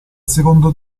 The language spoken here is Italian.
secondo